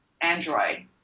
Android